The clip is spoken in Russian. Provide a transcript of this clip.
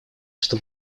что